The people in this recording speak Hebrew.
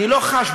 אני לא חש,